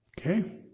Okay